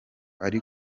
ari